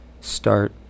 start